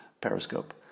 periscope